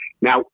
Now